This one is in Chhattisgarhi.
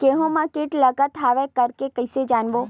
गेहूं म कीट लगत हवय करके कइसे जानबो?